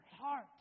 heart